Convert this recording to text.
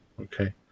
Okay